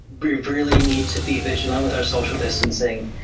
we really need to be vigilant with our social distancing.